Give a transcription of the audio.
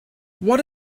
what